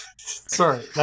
Sorry